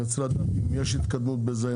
אני צריך לדעת אם יש התקדמות בזה,